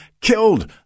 killed